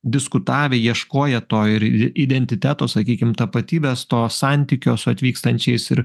diskutavę ieškoję to ir identiteto sakykim tapatybės to santykio su atvykstančiais ir